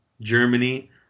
Germany